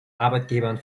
arbeitgebern